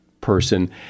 person